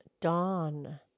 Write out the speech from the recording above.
dawn